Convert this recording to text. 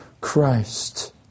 Christ